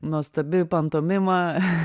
nuostabi pantomima